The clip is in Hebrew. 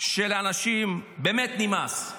שלאנשים באמת נמאס.